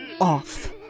off